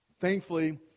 Thankfully